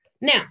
Now